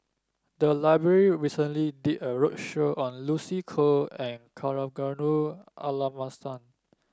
the library recently did a roadshow on Lucy Koh and Kavignareru Amallathasan